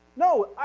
no,